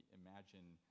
imagine